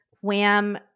Wham